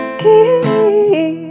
keep